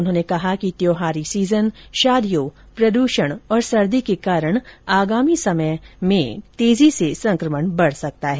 उन्होंने कहा कि त्यौहारी सीजन शादियों प्रदूषण और सर्दी के कारण आगामी समय में संक्रमण तेजी से बढ़ सकता है